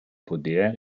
poder